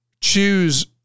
choose